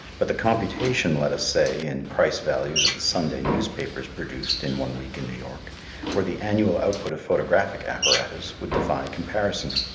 but the computation, let us say, in price-values of the sunday newspapers produced in one week in new york or the annual output of photographic apparatus, would defy comparison.